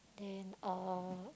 then uh